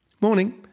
Morning